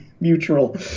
Mutual